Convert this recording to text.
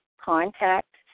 Contact